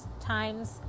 times